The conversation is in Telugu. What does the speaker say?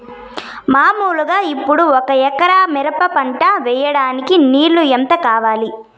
మామూలుగా ఇప్పుడు ఒక ఎకరా మిరప పంట వేయడానికి నీళ్లు ఎంత కావాలి?